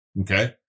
okay